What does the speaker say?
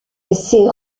ses